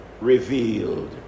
revealed